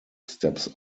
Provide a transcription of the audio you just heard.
steps